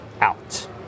out